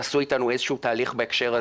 תעשו איתנו איזשהו תהליך בהקשר הזה.